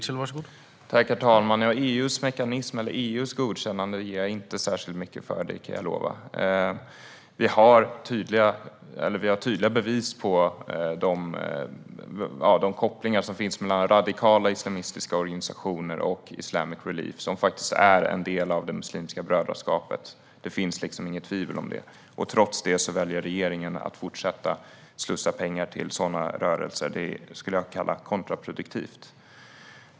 Herr talman! EU:s godkännande ger jag inte särskilt mycket för, kan jag lova. Vi har tydliga bevis på de kopplingar som finns mellan radikala islamistiska organisationer och Islamic Relief, som faktiskt är en del av Muslimska brödraskapet. Det finns inga tvivel om det. Trots det väljer regeringen att fortsätta att slussa pengar dit. Det kallar jag kontraproduktivt.